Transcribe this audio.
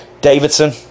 Davidson